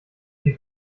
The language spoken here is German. sie